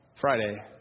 Friday